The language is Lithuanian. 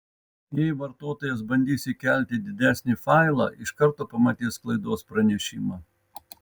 jei vartotojas bandys įkelti didesnį failą iš karto pamatys klaidos pranešimą